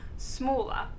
smaller